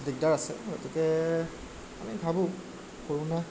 দিগদাৰ আছে গতিকে আমি ভাবোঁ কৰোণা